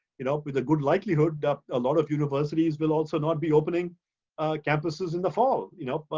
you know with a good likelihood, ah a lot of universities will also not be opening campuses in the fall. you know, but